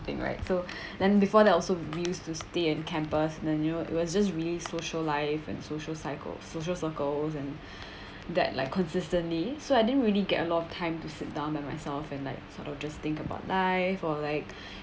thing right so then before that also we used to stay in campus and then you know it was just really social life and social cycle social circle I was in that like consistently so I didn't really get a lot of time to sit down by myself and like sort of just think about life or like